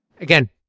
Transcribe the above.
Again